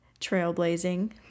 trailblazing